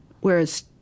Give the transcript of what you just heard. whereas